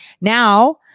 now